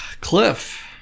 Cliff